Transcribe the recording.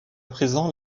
présent